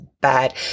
bad